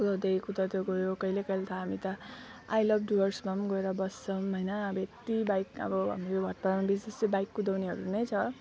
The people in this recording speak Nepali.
कुदाउँदै कुदाउँदै गयो कहिले कहिले हामी त आई लभ डुअर्समा पनि गएर बस्छौँ होइन अब यति बाइक अब हाम्रो भातपाडामा बेसी जस्तो बाइक कुदाउनेहरू नै छ